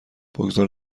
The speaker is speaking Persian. بگذار